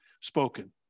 spoken